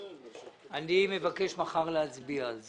אני מבקש מחר להצביע על זה,